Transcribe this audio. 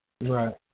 Right